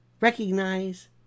recognize